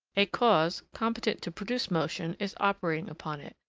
a cause competent to produce motion is operating upon it,